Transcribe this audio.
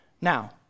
Now